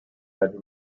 had